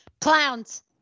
Clowns